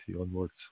onwards